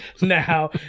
now